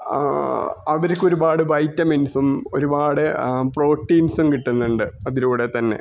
അവർക്കൊരുപാട് വൈറ്റമിൻസും ഒരുപാട് പ്രോട്ടീൻസും കിട്ടുന്നുണ്ട് അതിലൂടെ തന്നെ